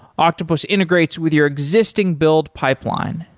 octopus integrates with your existing build pipeline,